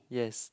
yes